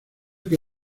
que